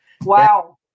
Wow